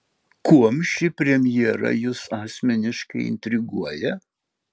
kuom ši premjera jus asmeniškai intriguoja